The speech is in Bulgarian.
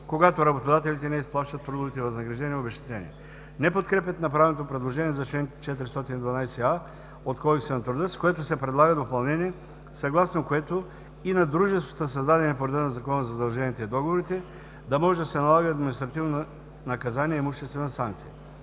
когато работодателите не им изплащат трудовите възнаграждения и обезщетения. Не подкрепят направеното предложение за член 412а от Кодекса на труда, с което се предлага допълнение, съгласно което и на дружествата, създадени по реда на Закона за задълженията и договорите, да може да се налага административно наказание „имуществена санкция“.